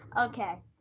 Okay